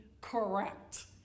correct